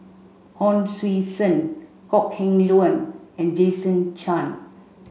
Hon Sui Sen Kok Heng Leun and Jason Chan